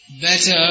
better